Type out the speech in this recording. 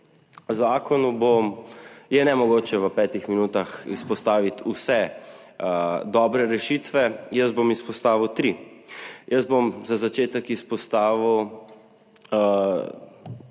zakonu je nemogoče v petih minutah izpostaviti vse dobre rešitve. Jaz bom izpostavil tri. Jaz bom za začetek izpostavil